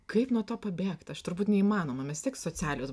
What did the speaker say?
kaip nuo to pabėgt aš turbūt neįmanoma mes vis tiek socialios